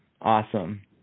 awesome